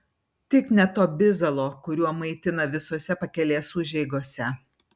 tik ne to bizalo kuriuo maitina visose pakelės užeigose